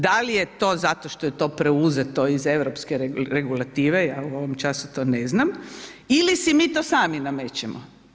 Da li je to zato što je to preuzeto iz europske regulative, ja u ovom času to ne znam, ili si mi to sami namećemo.